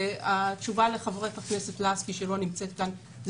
התשובה לחבר הכנסת לסקי שלא נמצאת כאן היא